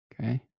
okay